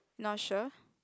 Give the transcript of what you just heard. not sure